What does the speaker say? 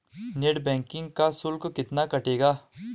Net banking का शुल्क कितना कटेगा?